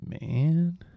Man